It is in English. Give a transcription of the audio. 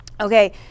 Okay